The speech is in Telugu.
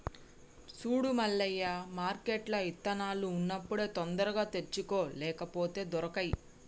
సూడు మల్లయ్య మార్కెట్ల ఇత్తనాలు ఉన్నప్పుడే తొందరగా తెచ్చుకో లేపోతే దొరకై